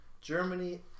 Germany